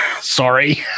sorry